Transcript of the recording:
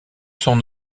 son